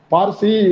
Parsi